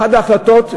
אחת ההחלטות,